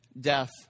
death